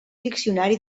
diccionari